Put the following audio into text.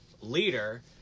leader